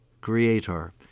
creator